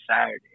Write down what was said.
Saturday